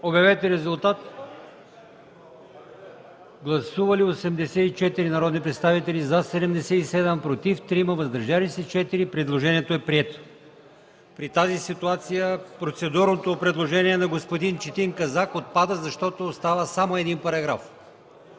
Моля, гласувайте. Гласували 84 народни представители: за 77, против 3, въздържали се 4. Предложението е прието. При тази ситуация процедурното предложение на господин Четин Казак отпада, защото остава само един параграф.